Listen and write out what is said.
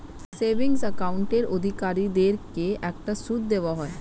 savings অ্যাকাউন্টের অধিকারীদেরকে একটা সুদ দেওয়া হয়